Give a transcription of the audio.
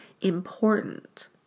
important